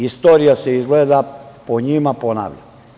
Istorija se izgleda po njima ponavlja.